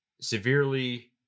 severely –